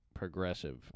progressive